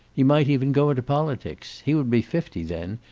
he might even go into politics. he would be fifty then,